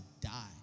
die